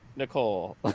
Nicole